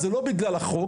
זה לא בגלל החוק,